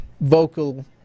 vocal